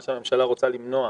מה שהממשלה רוצה למנוע.